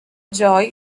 joy